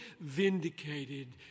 vindicated